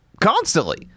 constantly